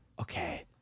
Okay